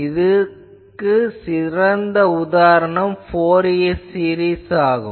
இதற்கு சிறந்த உதாரணம் ஃபோரியர் சீரிஸ் ஆகும்